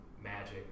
magic